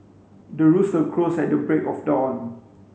the rooster crows at the break of dawn